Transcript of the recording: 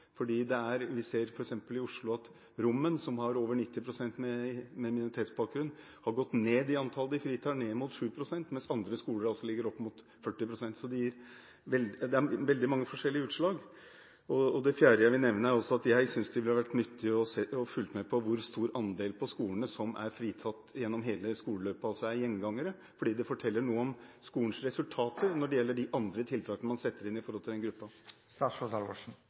i Oslo, der over 90 pst. av elevene har minoritetsbakgrunn, har gått ned i antallet de fritar. De har gått ned mot 7 pst, mens andre skoler ligger opp mot 40 pst., og det gir veldig mange forskjellige utslag. Det fjerde jeg vil nevne, er at jeg synes det ville vært nyttig å følge med på hvor stor andel på skolene som er fritatt gjennom hele skoleløpet, som altså er gjengangere, fordi det forteller noe om skolens resultater når det gjelder de andre tiltakene man setter inn overfor den gruppa. Jeg er enig med representanten Bøhler i